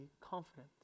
confident